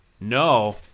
No